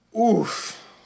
Oof